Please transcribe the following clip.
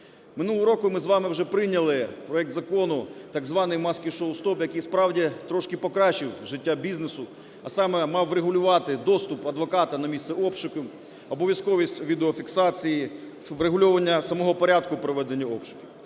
Минулого року ми з вами вже прийняли проект Закону так званий маски-шоу – стоп, який справді трошки покращив життя бізнесу. А саме мав врегулювати доступ адвоката на місце обшуків, обов'язковість відео фіксації, врегулювання самого порядку проведення обшуків.